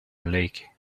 lake